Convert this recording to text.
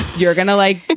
you're going to like,